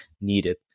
needed